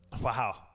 Wow